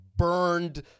Burned